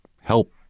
help